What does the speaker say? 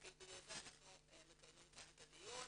ובגלל זה אנחנו מקיימים כאן את הדיון